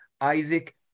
Isaac